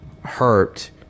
hurt